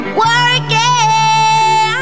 working